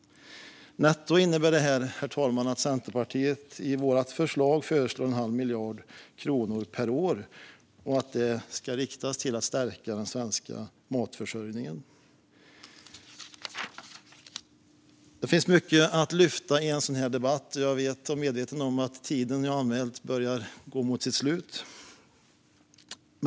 Netto innebär detta, herr talman, att Centerpartiet föreslår att en halv miljard kronor per år riktas till att stärka den svenska matförsörjningen. Det finns mycket att lyfta fram i en sådan här debatt.